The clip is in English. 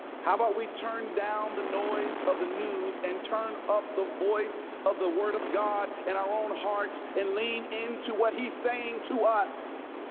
about we turned down the noise of the news and turn up the voice of the word of god in our own hearts and lean into what he's saying to us